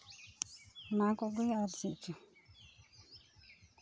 ᱚᱱᱟ ᱠᱚᱜᱮ ᱟᱨ ᱪᱮᱫ ᱪᱮᱫ